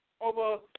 over